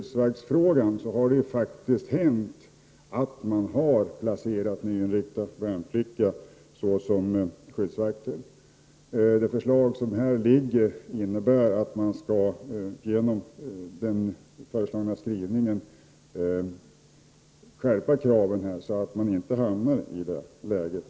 Slutligen vill jag säga att det faktiskt har hänt att man placerat nyinryckta värnpliktiga som skyddsvakter. Det förslag som här föreligger innebär en skärpning av kraven, så att man inte ånyo hamnar i det läget.